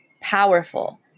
powerful